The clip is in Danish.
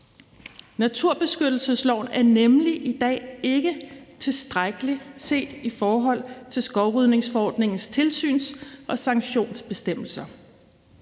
Naturbeskyttelsesloven er nemlig i dag ikke tilstrækkelig set i forhold til skovrydningsforordningens tilsyns- og sanktionsbestemmelser.